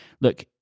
look